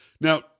Now